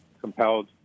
compelled